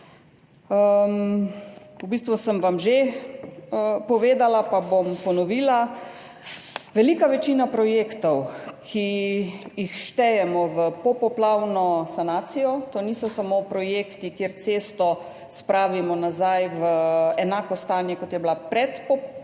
V bistvu sem vam že povedala pa bom ponovila, velika večina projektov, ki jih štejemo v popoplavno sanacijo, niso samo projekti, kjer cesto spravimo nazaj v enako stanje, kot je bila pred poplavo,